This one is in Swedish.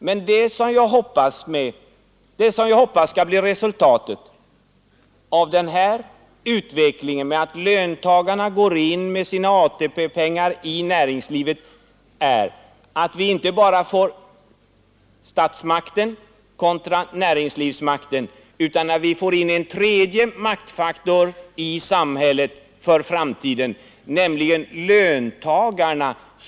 Men det som jag hoppas skall bli resultatet av den här utvecklingen — att löntagarna går in med sina ATP-pengar i näringslivet — är att vi inte bara får statsmakten kontra näringslivsmakten, utan att vi får in en tredje maktfaktor i samhället för framtiden, nämligen löntagarna.